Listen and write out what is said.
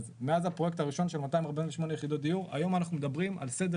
מאז הפרויקט הראשון של 248 יחידות דיור היום אנחנו מדברים על סדר